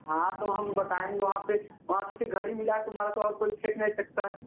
हाँ तो हम बताएँगे वहाँ पर वहाँ किसी घड़ी मिला है तुम्हारा तो और कोई फेंक नहीं सकता